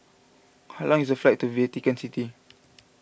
how long is the flight to Vatican City